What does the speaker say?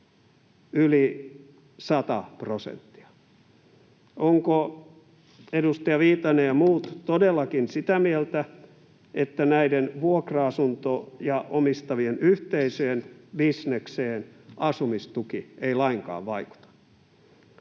yli sata prosenttia. Ovatko edustaja Viitanen ja muut todellakin sitä mieltä, että näiden vuokra-asuntoja omistavien yhteisöjen bisnekseen asumistuki ei lainkaan vaikuta?